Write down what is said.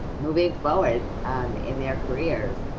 moving forward in their careers,